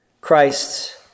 Christ